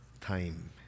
time